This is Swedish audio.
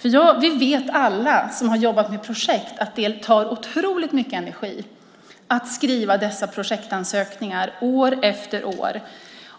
till i dag. Alla som har jobbat med projekt vet att det tar otroligt mycket energi att skriva projektansökningar år efter år.